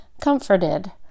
comforted